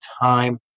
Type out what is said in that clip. time